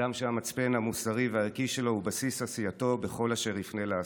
אדם שהמצפן המוסרי והערכי שלו הוא בסיס עשייתו בכל אשר יפנה לעשות.